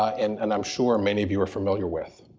ah and and i'm sure many of you are familiar with.